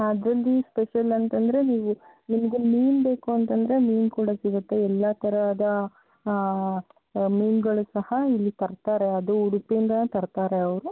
ಹಾಂ ಅದರಲ್ಲಿ ಸ್ಪೆಷಲ್ ಅಂತಂದರೆ ನೀವು ನಿಮಗೆ ಮೀನು ಬೇಕು ಅಂತಂದರೆ ಮೀನು ಕೂಡ ಸಿಗತ್ತೆ ಎಲ್ಲ ಥರದ ಮೀನುಗಳು ಸಹ ಇಲ್ಲಿ ತರ್ತಾರೆ ಅದೂ ಉಡುಪಿಯಿಂದಲೇ ತರ್ತಾರೆ ಅವರು